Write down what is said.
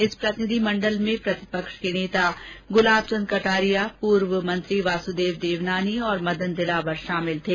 इस प्रतिनिधि मंडल में प्रतिपक्ष के नेता गुलाब चंद कटारिया पूर्व मंत्री वासुदेव देवनानी और मदन दिलावर शामिल थे